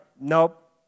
nope